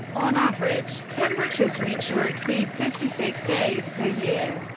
on average, temperatures reach or exceed fifty six days per year,